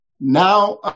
now